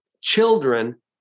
children